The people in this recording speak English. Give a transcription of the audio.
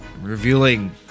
revealing